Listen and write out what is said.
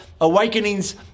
Awakenings